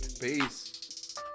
Peace